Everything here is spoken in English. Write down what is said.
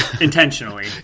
intentionally